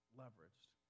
leveraged